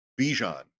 Bijan